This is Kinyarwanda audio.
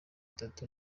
itatu